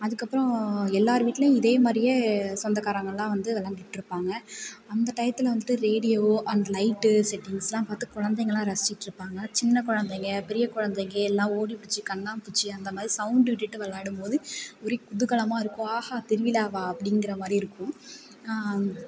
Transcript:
அதுக்கப்புறம் எல்லாேர் வீட்டிலயும் இதே மாதிரியே சொந்தக்காரங்களெலாம் வந்து விளையாண்டுகிட்டு இருப்பாங்க அந்த டயத்தில் வந்துட்டு ரேடியோவோ அந்த லைட் செட்டிங்ஸெலாம் பார்த்து குழந்தைங்களெலாம் ரசிச்சுட்டு இருப்பாங்க சின்ன குழந்தைங்கள் பெரிய குழந்தைங்கள் எல்லாம் ஓடி பிடிச்சு கண்ணாமூச்சி அந்த மாதிரி சவுண்ட் விட்டுவிட்டு விளையாடும் போது ஒரே குதுாக்கலமாக இருக்கும் ஆஹா திருவிழாவா அப்படிங்கிற மாதிரி இருக்கும்